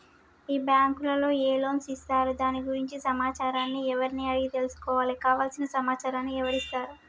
ఈ బ్యాంకులో ఏ లోన్స్ ఇస్తారు దాని గురించి సమాచారాన్ని ఎవరిని అడిగి తెలుసుకోవాలి? కావలసిన సమాచారాన్ని ఎవరిస్తారు?